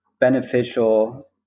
beneficial